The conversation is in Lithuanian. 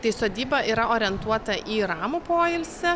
tai sodyba yra orientuota į ramų poilsį